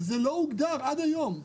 זה לא הוגדר עד היום.